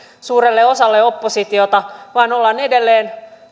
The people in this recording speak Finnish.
suurelle osalle oppositiota vaan ollaan edelleen